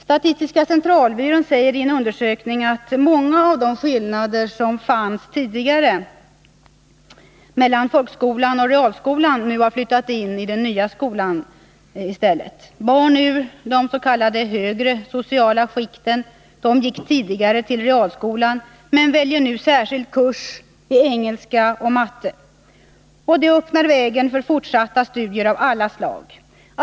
Statistiska centralbyrån visar i en undersökning att många av de skillnader som tidigare fanns mellan folkskolan och realskolan nu har flyttat in i den nya skolan. Barn ur de s.k. högre sociala skikten gick tidigare till realskolan men väljer nu särskild kurs i engelska och matte. Det öppnar vägen för fortsatta studier av alla slag.